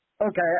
Okay